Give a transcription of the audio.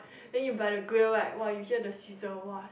then you by the grill right !wah! you hear the sizzle !wah!